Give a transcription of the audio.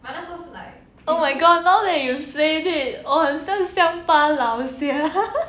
oh my god now that you said it 好像